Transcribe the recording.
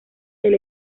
del